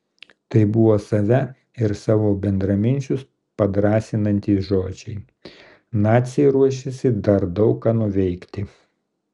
tai buvo save ir savo bendraminčius padrąsinantys žodžiai naciai ruošėsi dar daug ką nuveikti